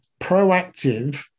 proactive